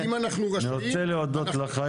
אני רוצה להודות לך,